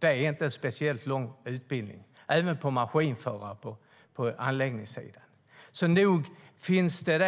Det är inte en speciellt lång utbildning. Det gäller även maskinförare på anläggningssidan. Nog finns det